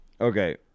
Okay